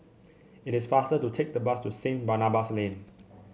it is faster to take the bus to Saint Barnabas Lane